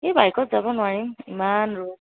এই বাইকত যাব নোৱাৰি ইমান ৰ'দ